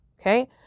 okay